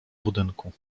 budynku